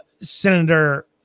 Senator